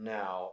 now